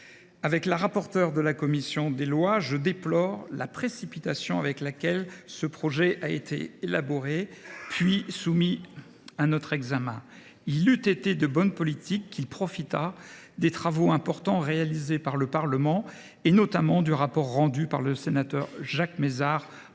Avec la rapporteure de la commission des lois, je déplore la précipitation avec laquelle ce projet a été élaboré, puis soumis à notre examen. Il eût été de bonne politique qu’il profitât des travaux importants réalisés par le Parlement et, notamment, du rapport rendu par notre ancien collègue Jacques Mézard en